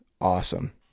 awesome